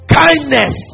kindness